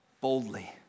boldly